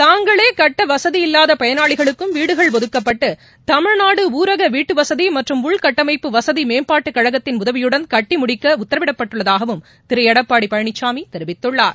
தாங்களே கட்ட வசதியில்லாத பயனாளிகளுக்கும் வீடுகள் ஒதுக்கப்பட்டு தமிழ்நாடு ஊரக வீட்டுவசதி மற்றும் உள்கட்டமைப்பு வசதி மேம்பாட்டுக் கழகத்தின் உதவியுடன் கட்டி முடிக்க உத்தரவிடப்பட்டுள்ளதாகவும் திரு எடப்பாடி பழனிசாமி தெரிவித்துள்ளார்